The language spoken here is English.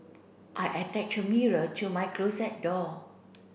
I attached a mirror to my closet door